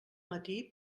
matí